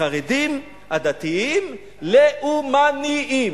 החרדים הדתיים-לאומנים".